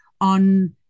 on